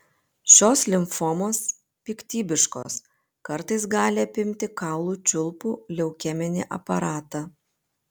šios limfomos piktybiškos kartais gali apimti kaulų čiulpų leukeminį aparatą